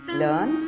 learn